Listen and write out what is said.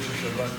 ראש השב"כ,